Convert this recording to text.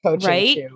right